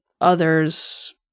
others